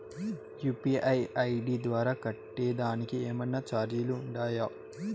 UPI ID ద్వారా కట్టేదానికి ఏమన్నా చార్జీలు ఉండాయా?